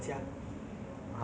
can fly lor